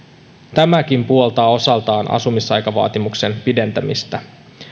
tämäkin puoltaa osaltaan asumisaikavaatimuksen pidentämistä